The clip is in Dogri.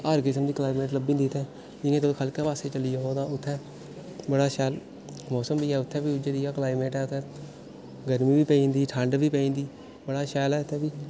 हर किस्म दी क्लाइमेट लब्भी जंदी इत्थै जि'यां तुस खह्लके पास्सै चली जाओ तां उत्थै बड़ा शैल मौसम बी ऐ उत्थै बी उ'ऐ जेहा क्लाइमेट ऐ उत्थै गर्मी बी पेई जंदी ठंड बी पेई जंदी बड़ा शैल इत्थै बी